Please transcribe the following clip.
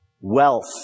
wealth